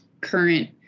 current